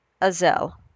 Azel